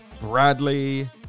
Bradley